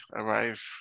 arrive